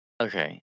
Okay